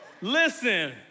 listen